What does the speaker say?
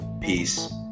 peace